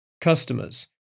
customers